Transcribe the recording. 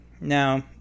Now